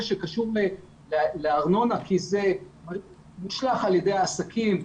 שקשור לארנונה כי זה מושלך על ידי העסקים,